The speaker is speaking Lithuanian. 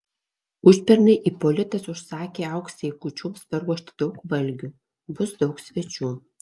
užpernai ipolitas užsakė auksei kūčioms paruošti daug valgių bus daug svečių